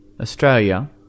Australia